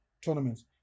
tournaments